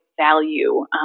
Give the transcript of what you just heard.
value